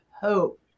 hope